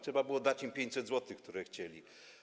Trzeba było dać im 500 zł, które chcieli.